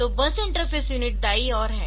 तो बस interface unit दाईं ओर है